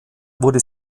wurde